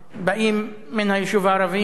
באים מן היישובים הערביים.